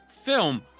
film